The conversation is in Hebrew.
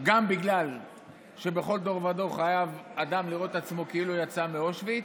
גם בגלל שבכל דור ודור חייב אדם לראות את עצמו כאילו הוא יצא מאושוויץ,